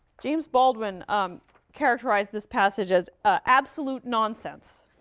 james baldwin um characterized this passage as ah absolute nonsense,